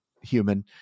human